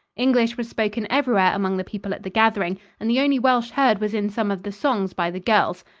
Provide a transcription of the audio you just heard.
english was spoken everywhere among the people at the gathering, and the only welsh heard was in some of the songs by the girls.